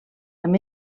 amb